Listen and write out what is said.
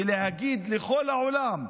הם יגידו לכל העולם: